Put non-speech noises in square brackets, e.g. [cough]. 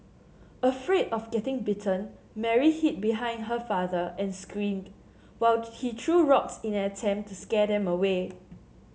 afraid of getting bitten Mary hid behind her father and screamed while [unintelligible] he threw rocks in an attempt to scare them away